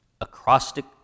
acrostic